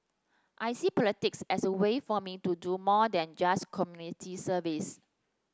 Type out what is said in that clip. I see politics as a way for me to do more than just community service